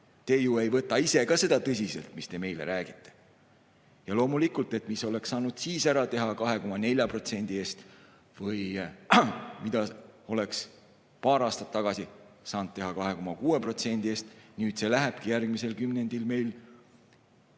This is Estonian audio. Te ju ei võta ise ka seda tõsiselt, mis te meile räägite. Ja loomulikult nüüd see, mida siis oleks saanud ära teha 2,4% eest või mida oleks paar aastat tagasi saanud teha 2,6% eest, lähebki järgmisel kümnendil meile